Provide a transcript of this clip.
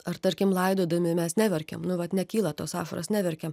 ar tarkim laidodami mes neverkiam nu vat nekyla tos ašaros neverkiam